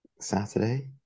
Saturday